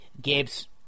Gabe's